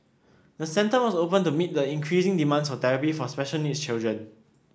the centre was opened to meet the increasing demand for therapy for special needs children